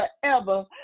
forever